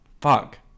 Fuck